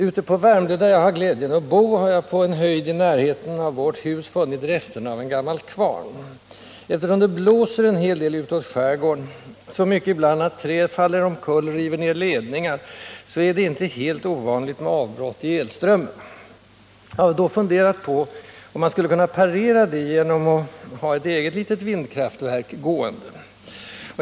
Ute på Värmdö, där jag har glädjen att bo, har jag på en höjd i närheten av vårt hus funnit resterna av en gammal kvarn. Eftersom det blåser en hel del utåt skärgården, så mycket ibland att träd faller omkull och river ned ledningar, så är det inte helt ovanligt med avbrott i elströmmen. Jag har då funderat på om man skulle kunna parera det genom att ha ett eget litet vindkraftverk gående där kvarnen stått.